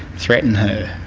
threaten her,